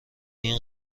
این